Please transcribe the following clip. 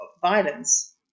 violence